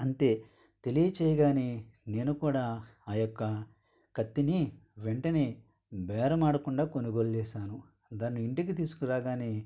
అంతే తెలియజేయగానే నేను కూడా ఆయొక్క కత్తిని వెంటనే బేరం ఆడకుండా కొనుగోలు చేసాను దాన్ని ఇంటికి తీసుకురాగానే